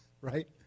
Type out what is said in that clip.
right